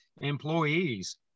employees